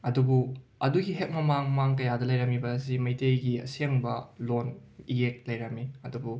ꯑꯗꯨꯕꯨ ꯑꯗꯨꯒꯤ ꯍꯦꯛ ꯃꯃꯥꯡ ꯃꯃꯥꯡ ꯀꯌꯥꯗ ꯂꯩꯔꯝꯃꯤꯕ ꯑꯁꯤ ꯃꯩꯇꯩꯒꯤ ꯑꯁꯦꯡꯕ ꯂꯣꯟ ꯏꯌꯦꯛ ꯂꯩꯔꯝꯃꯤ ꯑꯗꯨꯕꯨ